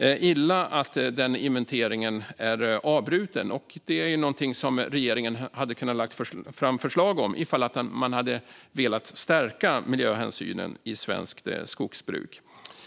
illa att den inventeringen är avbruten. Här hade regeringen kunnat lägga fram förslag om man hade velat stärka miljöhänsynen i svenskt skogsbruk.